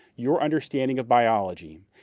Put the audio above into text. you understanding of biology,